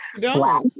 black